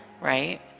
right